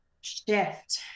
shift